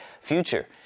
future